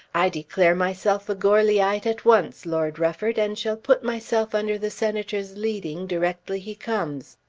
i declare myself a goarlyite at once, lord rufford, and shall put myself under the senator's leading directly he comes.